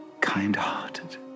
kind-hearted